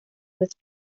with